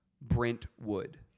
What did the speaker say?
Brentwood